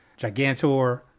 Gigantor